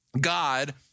God